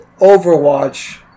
Overwatch